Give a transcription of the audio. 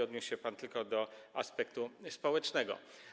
Odniósł się pan tylko do aspektu społecznego.